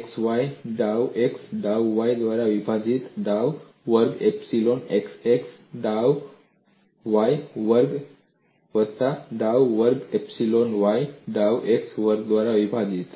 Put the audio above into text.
x y ડાઉ x ડાઉ y દ્વારા વિભાજીત ડાઉ વર્ગ એપ્સીલોન xx ડાઉ y વર્ગ વત્તા ડાઉ વર્ગ એપ્સીલોન y ડાઉ x વર્ગ દ્વારા વિભાજીત